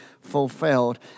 fulfilled